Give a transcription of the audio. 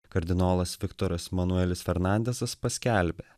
kardinolas viktoras manuelis fernandezas paskelbė